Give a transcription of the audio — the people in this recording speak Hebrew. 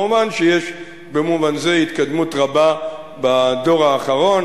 כמובן, יש במובן זה התקדמות רבה בדור האחרון.